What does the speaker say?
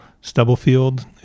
Stubblefield